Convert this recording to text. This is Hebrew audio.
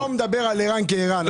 אני לא מדבר על ערן כערן.